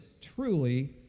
truly